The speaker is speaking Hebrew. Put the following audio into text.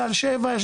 גל שביעי,